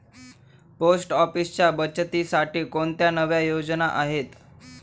Post ऑफिसच्या बचतीसाठी कोणत्या नव्या योजना आहेत?